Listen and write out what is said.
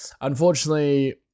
unfortunately